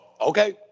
okay